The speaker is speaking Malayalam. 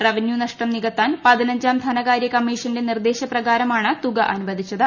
റവന്യൂ നഷ്ടം നികത്താൻ പതിനഞ്ചാം ധനകാര്യ കമ്മീഷന്റെ നിർദ്ദേശപ്രകാരമാണ് തുക അനുവദിച്ചത്